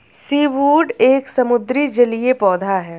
seaweed एक समुद्री जलीय पौधा है